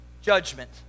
judgment